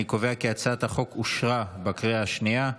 אני קובע כי הצעת החוק אושרה בקריאה השנייה.